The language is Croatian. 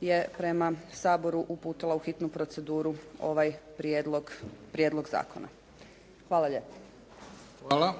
je prema Saboru uputila u hitnu proceduru ovaj prijedlog zakona. Hvala lijepa. **Bebić, Luka (HDZ)** Hvala.